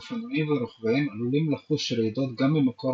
אופנועים ורוכביהם עלולים לחוש רעידות גם ממקור